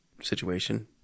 situation